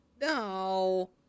No